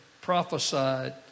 prophesied